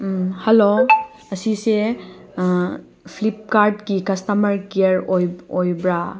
hello ꯑꯁꯤꯁꯦ ꯐ꯭ꯂꯤꯞꯀꯥꯔꯠꯀꯤ customer care ꯑꯣꯏꯕ꯭ꯔꯥ